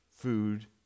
food